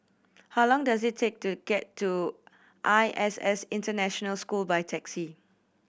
how long does it take to get to I S S International School by taxi